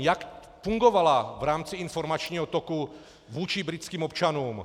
Jak fungovala v rámci informačního toku vůči britským občanům?